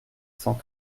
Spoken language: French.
cent